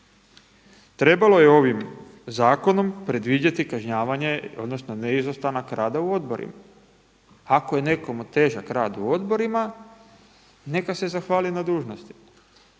Trebalo je ovim zakonom predvidjeti kažnjavanje odnosno ne izostanak rada u odborima. Ako je nekomu težak rad u odborima neka se zahvali na dužnosti